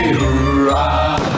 hooray